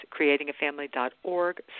creatingafamily.org